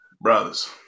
Brothers